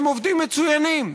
הם עובדים מצוינים,